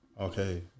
okay